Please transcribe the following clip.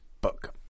book